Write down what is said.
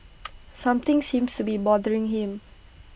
something seems to be bothering him